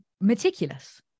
meticulous